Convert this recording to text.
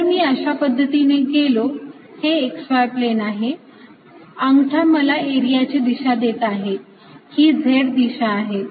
जर मी अशा पद्धतीने गेलो हे xy प्लेन आहे अंगठा मला एरियाची दिशा देत आहे ही z दिशा आहे